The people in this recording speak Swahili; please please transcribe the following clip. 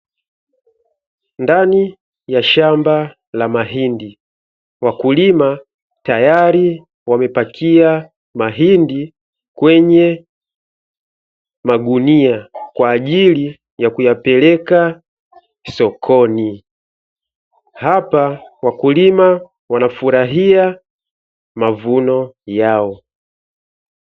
Ndani ya shamba la mahindi, wakulima tayari wamepakia mahindi kwenye magunia kwa ajili ya kuyapeleka sokoni. Hapa wakulima wanafurahia mavuno yao.